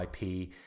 IP